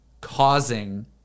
causing